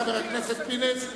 חבר הכנסת פינס,